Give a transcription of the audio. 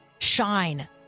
Shine